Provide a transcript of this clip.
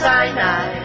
Sinai